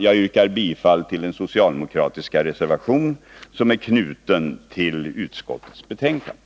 Jag yrkar bifall till den socialdemokratiska reservation som är knuten till utskottets betänkande.